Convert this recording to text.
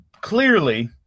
clearly